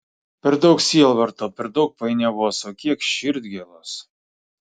per daug sielvarto per daug painiavos o kiek širdgėlos